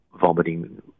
vomiting